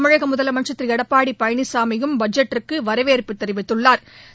தமிழக முதலமைச்ச் திரு எடப்பாடி பழனிசாமியும் பட்ஜெட்டிற்கு வரவேற்பு தெிவித்துள்ளாா்